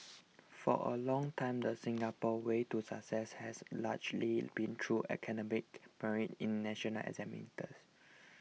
for a long time the Singapore way to success has largely been through academic merit in national examinations